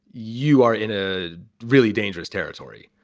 you are in a really dangerous territory.